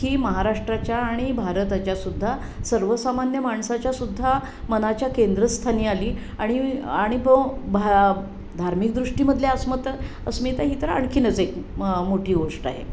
ही महाराष्ट्राच्या आणि भारताच्या सुद्धा सर्वसामान्य माणसाच्या सुद्धा मनाच्या केंद्रस्थानी आली आणि आणि पहो भा धार्मिक दृष्टीमधल्या अस्मता अस्मिता ही तर आणखीनच एक मोठी गोष्ट आहे